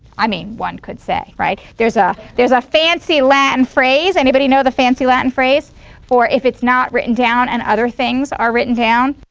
i mean one could say, right, there's a there's a fancy latin phrase. anybody know the fancy latin phrase for if it's not written down and other things are written down?